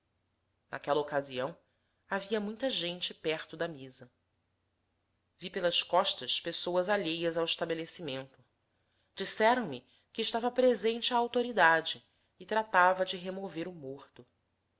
naquela ocasião havia muita gente perto da mesa vi pelas costas pessoas alheias ao estabelecimento disseram-me que estava presente a autoridade e tratava de remover o morto